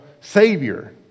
Savior